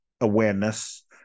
awareness